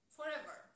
Forever